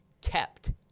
kept